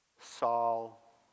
Saul